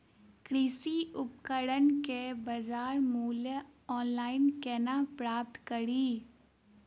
कृषि उपकरण केँ बजार मूल्य ऑनलाइन केना प्राप्त कड़ी?